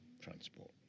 transport